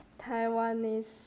Taiwanese